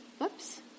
Whoops